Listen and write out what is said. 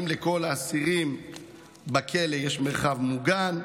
אם לכל האסירים בכלא יש מרחב מוגן,